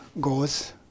goes